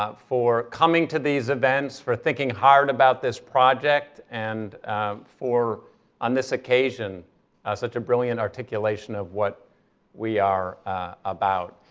ah for coming to these events, for thinking hard about this project, and for on this occasion such a brilliant articulation of what we are about.